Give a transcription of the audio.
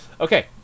Okay